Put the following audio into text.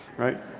right?